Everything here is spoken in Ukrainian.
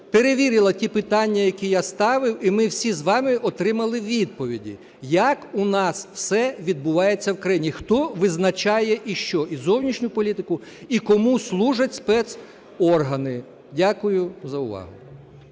перевірили ті питання, які я ставив, і ми всі з вами отримали відповіді, як у нас все відбувається в країні, хто визначає і що: і зовнішню політику, і кому служать спецоргани. Дякую за увагу.